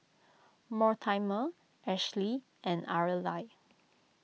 Mortimer Ashley and Arely